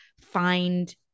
find